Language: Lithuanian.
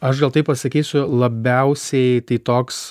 aš gal taip pasakysiu labiausiai tai toks